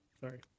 Sorry